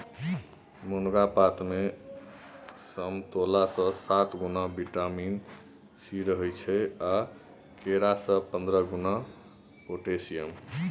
मुनगा पातमे समतोलासँ सात गुणा बिटामिन सी रहय छै आ केरा सँ पंद्रह गुणा पोटेशियम